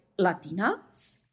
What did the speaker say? Latinas